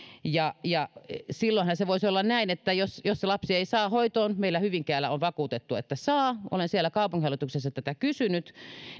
silloinhan se voisi olla näin että jos jos sitä lasta ei saa hoitoon meillä hyvinkäällä on vakuutettu että saa olen siellä kaupunginhallituksessa tätä kysynyt